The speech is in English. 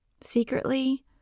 Secretly